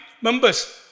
members